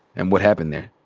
and what happened there.